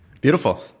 Beautiful